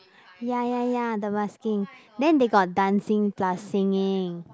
ya ya ya the basking then they got dancing plus singing